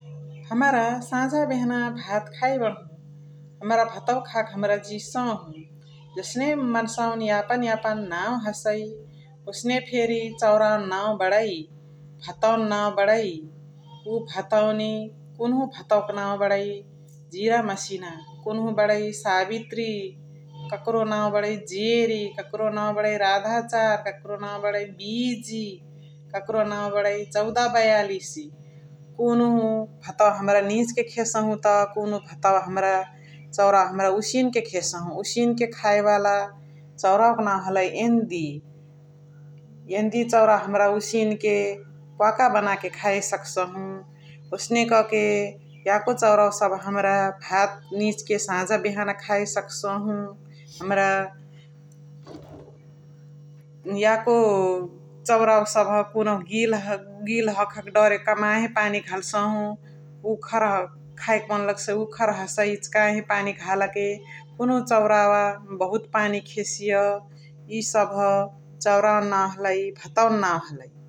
हमरा साझा बेहना खाइ बणहु । हमरा भातवा खाके जिसहु, जनसे मन्सावानी यापन यापन नाउ हसइ ओसने फेरी चौरानी नाउ बणै । भातवान नाउ बणै उव भातवानी कुनुहु भातवा क नाउ बणै जिरा मसिना कुनुहु बणै साबित्री ककरो नाउ बणै जेरी नाउ बणै राधा चार ककरो नाउ बणै बिजी ककरो नाउ बणै चौद बयलिसी कुनुहु भातवा हमरा निझ्के खेसहु त्व कुनुहु भातवा हमरा चौरावा हमरा उसिन्के खेसहु । उसिन्के खायवाला चौरावा क नाउ हलइ एन्दी । एन्दी चौरावा हमरा उसिन्के पोवाका बनाके खाय सक्सहु । ओसने क के याको चौरावा सभ हमरा भात निझ्के साझाबेहना खाय सक्सहु हमरा याको चौरावा सभ कुनुहु गिल हख के गिल हख के दरे कमाहे पानी घल्सहु उखरा खायके मान लग्सइ उखरा हसइ इचिकाहे पानी घालके कुनुहु बहुते पानी खेसिय इ सभ चौरावानी नाउ हलइ भातवानी नाउ हलइ ।